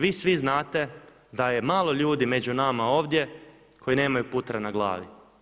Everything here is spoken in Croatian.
Vi svi znate da je malo ljudi među nama ovdje koji nemaju putra na glavi.